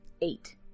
Eight